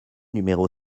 numéro